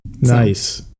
nice